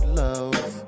love